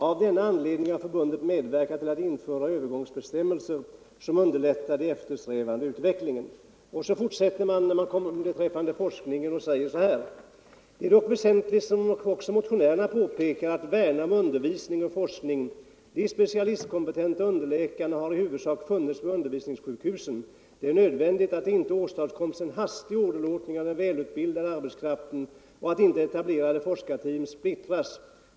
Av denna anledning har förbundet medverkat till att införa övergångsbestämmelser, som underlättar den eftersträvade utvecklingen.” Beträffande forskningen säger man i fortsättningen: ”Det är dock väsentligt, som också motionärerna påpekar, att värna om undervisning och forskning. De specialistkompetenta underläkarna har i huvudsak funnits vid undervisningssjukhusen. Det är nödvändigt att det inte åstadkoms en hastig åderlåtning av den välutbildade arbetskraften, och att inte etablerade forskningsteam splittras.